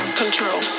control